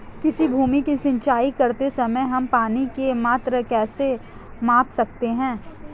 किसी भूमि की सिंचाई करते समय हम पानी की मात्रा कैसे माप सकते हैं?